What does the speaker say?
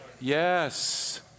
Yes